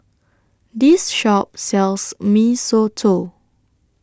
This Shop sells Mee Soto